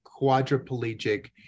quadriplegic